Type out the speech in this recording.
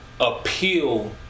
appeal